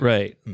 Right